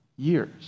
years